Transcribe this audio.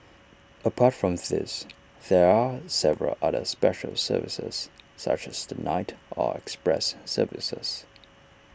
apart from these there are several other special services such as the night or express services